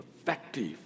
effective